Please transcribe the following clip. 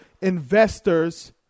investors